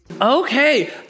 Okay